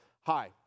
Hi